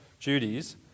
duties